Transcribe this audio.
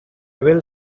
will